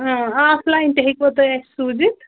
offline تہِ ہیٚکِوا تُہۍ اَسہِ سوٗزِتھ